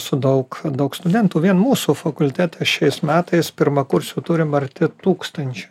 su daug daug studentų vien mūsų fakultete šiais metais pirmakursių turim arti tūkstančio